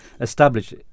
established